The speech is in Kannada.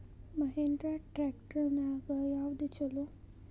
ಮಹೇಂದ್ರಾ ಟ್ರ್ಯಾಕ್ಟರ್ ನ್ಯಾಗ ಯಾವ್ದ ಛಲೋ?